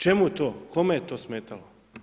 Čemu to, kome je to smetalo?